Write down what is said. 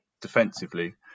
defensively